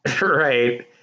right